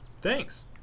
thanks